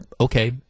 okay